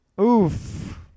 Oof